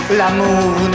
l'amour